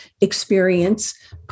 experience